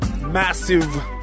massive